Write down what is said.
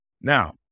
now